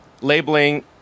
labeling